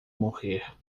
morrer